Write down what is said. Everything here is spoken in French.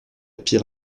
pire